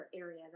area